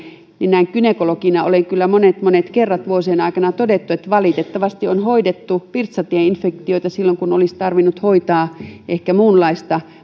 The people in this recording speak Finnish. että näin gynekologina olen kyllä monet monet kerrat vuosien aikana todennut että valitettavasti on hoidettu virtsatieinfektioita silloin kun olisi tarvinnut hoitaa ehkä muunlaista